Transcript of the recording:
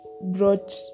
brought